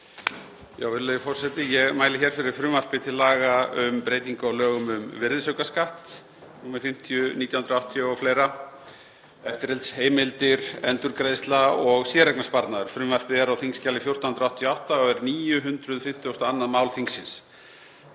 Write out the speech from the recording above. Ég mæli hér fyrir frumvarpi til laga um breytingu á lögum um virðisaukaskatt, nr. 50/1988, o.fl. (eftirlitsheimildir, endurgreiðsla og séreignarsparnaður). Frumvarpið er á þskj. 1488 og er 952. mál þingsins.